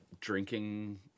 drinking